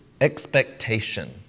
expectation